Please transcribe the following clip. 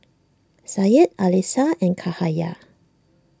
Syed Alyssa and Cahaya